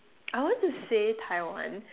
I want to say Taiwan